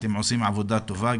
אתם עושים עבודה טובה,